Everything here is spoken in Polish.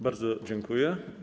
Bardzo dziękuję.